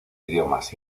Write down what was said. idiomas